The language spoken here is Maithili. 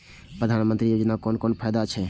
प्रधानमंत्री योजना कोन कोन फायदा छै?